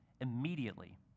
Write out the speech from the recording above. Immediately